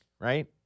Right